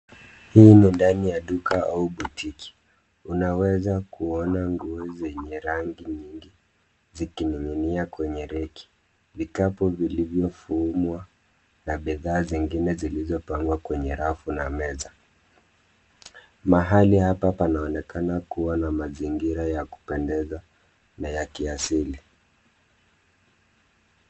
Hii ni ndani ya duka au botiki, unaweza kuona nguo zenye rangi nyingi zikininginia kwenye reki, vikapu vilivyofumwa na bidhaa zingine zilizopangwa kwenye rafu na meza, mahali hapa panaonekana kua na mazingira ya kupendeza na ya kiasili.